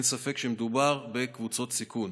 אין ספק שמדובר בקבוצות סיכון.